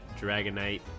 Dragonite